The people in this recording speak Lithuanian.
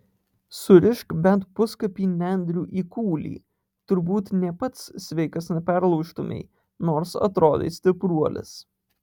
surišk bent puskapį nendrių į kūlį turbūt nė pats sveikas neperlaužtumei nors atrodai stipruolis